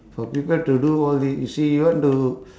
for people to do all the~ you see you want to